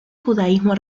judaísmo